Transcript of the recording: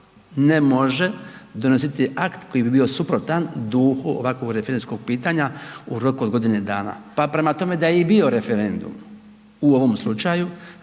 ne može donositi akt koji bi bio suprotan duhu ovakvog referendumskog pitanja u roku od godine dana. Pa prema tome da je i bio referendum u ovom slučaju